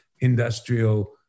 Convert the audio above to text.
industrial